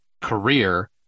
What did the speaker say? career